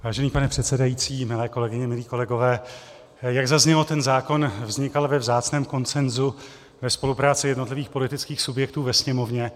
Vážený pane předsedající, milé kolegyně, milí kolegové, jak zaznělo, zákon vznikal ve vzácném konsenzu ve spolupráci jednotlivých politických subjektů ve Sněmovně.